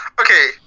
Okay